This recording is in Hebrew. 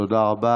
תודה רבה.